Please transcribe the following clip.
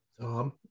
Tom